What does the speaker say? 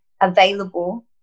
available